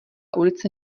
ulice